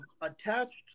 attached